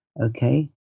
Okay